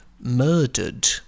murdered